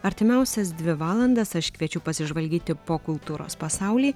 artimiausias dvi valandas aš kviečiu pasižvalgyti po kultūros pasaulį